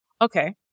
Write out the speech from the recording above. okay